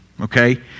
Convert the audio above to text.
Okay